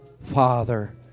Father